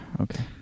Okay